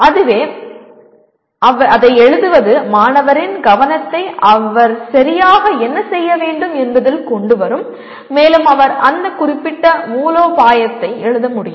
அதுவே அதை எழுதுவது மாணவரின் கவனத்தை அவர் சரியாக என்ன செய்ய வேண்டும் என்பதில் கொண்டு வரும் மேலும் அவர் அந்த குறிப்பிட்ட மூலோபாயத்தை எழுத முடியும்